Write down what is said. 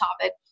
topic